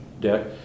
deck